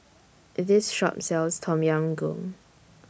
This Shop sells Tom Yam Goong